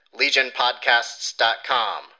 LegionPodcasts.com